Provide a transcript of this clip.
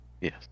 Yes